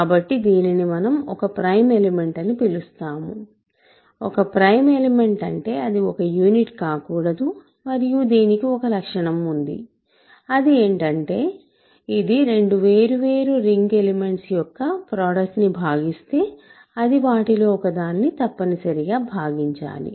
కాబట్టి దీనిని మనం ఒక ప్రైమ్ ఎలిమెంట్ అని పిలుస్తాము ఒక ప్రైమ్ ఎలిమెంట్ అంటే అది ఒక యూనిట్ కాకూడదు మరియు దీనికి ఒక లక్షణం ఉంది అది ఏంటంటే ఇది రెండు వేర్వేరు రింగ్ ఎలిమెంట్స్ యొక్క ప్రాడక్ట్ ని భాగిస్తే అది వాటిలో ఒకదాన్నితప్పనిసరిగా భాగించాలి